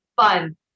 fun